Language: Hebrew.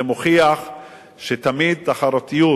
זה מוכיח שתמיד תחרותיות